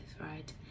right